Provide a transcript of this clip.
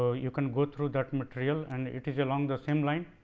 you can go through that material and it is along the same line.